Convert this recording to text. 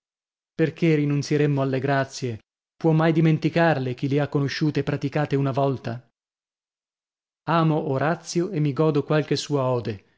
perchè rinunzieremmo alle grazie può mai dimenticarle chi le ha conosciute e praticate una volta amo orazio e mi godo qualche sua ode